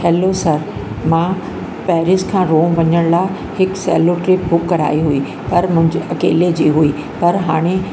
hello sir मां Paris खां Rome वञण लाइ हिकु ट्रिप बुक कराई हुई पर मुंहिंजे अकेले जी हुई पर हाणे